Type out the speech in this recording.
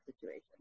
situation